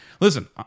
listen